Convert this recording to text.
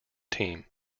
team